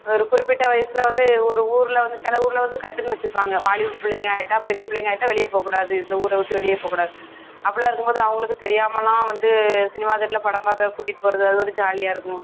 ஒரு குறிப்பிட்ட வயசில் வந்து ஒரு ஊரில் வந்து சில ஊரில் வந்து கட்டுன்னு வச்சுருப்பாங்க வாலிப பிள்ளைங்க ஆகிட்டா பெரிய பிள்ளைங்க ஆகிட்டா வெளியே போகக்கூடாது இந்த ஊரை விட்டு வெளியே போகக்கூடாது அப்படிலாம் இருக்கும் போது அவங்களுக்கு தெரியாமெலாம் வந்து சினிமா தேட்டரில் படம் பார்க்க கூட்டிகிட்டு போவது அது ஒரு ஜாலியாக இருக்கும்